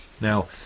Now